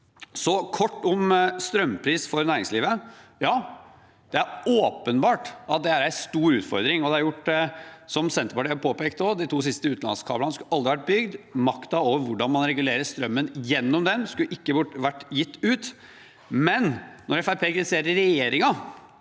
Så kort om strømpris for næringslivet. Ja, det er åpenbart at det er en stor utfordring, og som Senterpartiet har påpekt: De to siste utenlandskablene skulle aldri vært bygd. Makten over hvordan man regulerer strømmen gjennom dem, skulle ikke vært gitt ut. Men når Fremskrittspartiet kritiserer regjeringen